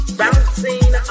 bouncing